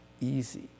easy